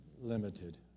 limited